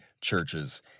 churches